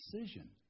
decision